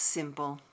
Simple